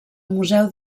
museu